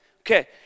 Okay